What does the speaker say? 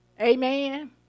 Amen